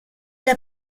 l’a